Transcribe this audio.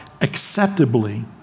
acceptably